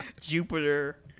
Jupiter